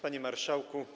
Panie Marszałku!